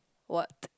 what